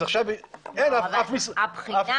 אז עכשיו אין אף משרה --- אבל הבחינה,